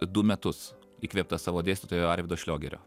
du metus įkvėptas savo dėstytojo arvydo šliogerio